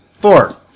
Four